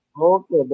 Okay